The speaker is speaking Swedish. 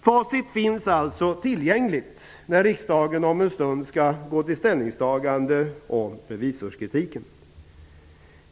Facit finns alltså tillgängligt när riksdagen om en stund skall gå till ställningstagande om revisorskritiken.